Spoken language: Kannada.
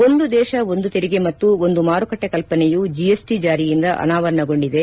ಒಂದು ದೇಶ ಒಂದು ತೆರಿಗೆ ಮತ್ತು ಒಂದು ಮಾರುಕಟ್ಟೆ ಕಲ್ಪನೆಯೂ ಜಿಎಸ್ಟ ಜಾರಿಯಿಂದ ಅನಾವರಣಗೊಂಡಿದೆ